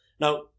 Now